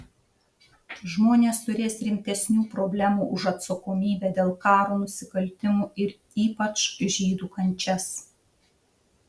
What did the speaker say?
žmonės turės rimtesnių problemų už atsakomybę dėl karo nusikaltimų ir ypač žydų kančias